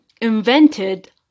invented